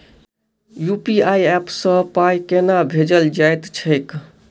UPI app सँ पाई केना भेजल जाइत छैक?